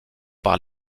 par